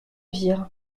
virent